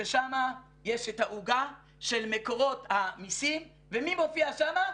ששם יש את העוגה של מקורות המיסים, ומי מופיע שם?